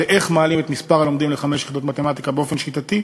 איך מעלים את מספר הלומדים חמש יחידות במתמטיקה באופן שיטתי.